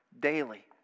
daily